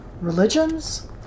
religions